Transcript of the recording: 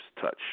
Touch